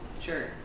Sure